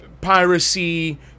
piracy